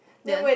then